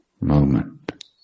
moment